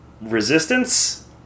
resistance